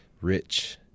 rich